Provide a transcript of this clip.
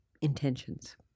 intentions